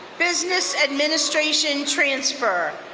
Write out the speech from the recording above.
business administration transfer.